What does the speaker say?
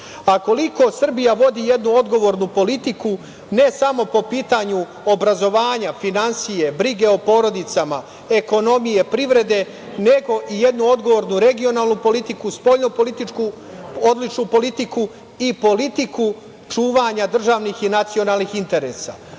države. Koliko Srbija vodi jednu odgovornu politiku, ne samo po pitanju obrazovanja, finansije, brige o porodicama, ekonomije, privrede, nego i jednu odgovornu, regionalnu politiku, spoljno-političku odličnu politiku i politiku čuvanja državnih i nacionalnih interesa. Ko